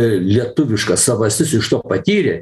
lietuviška savastis iš to patyrė